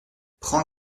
prends